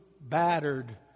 battered